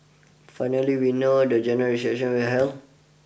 finally we know when the General Election will held